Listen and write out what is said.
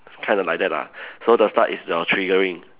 it's kind of like that lah so the start is your triggering